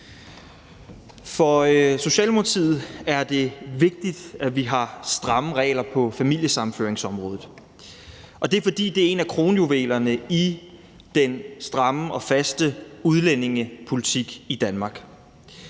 For Socialdemokratiet er det vigtigt, at vi har stramme regler på familiesammenføringsområdet, og det er, fordi det er en af kronjuvelerne i den stramme og faste udlændingepolitik i Danmark,